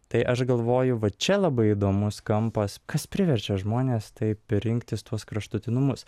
tai aš galvoju va čia labai įdomus kampas kas priverčia žmones taip rinktis tuos kraštutinumus